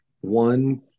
One